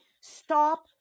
Stop